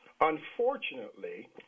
Unfortunately